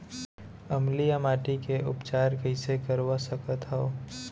अम्लीय माटी के उपचार कइसे करवा सकत हव?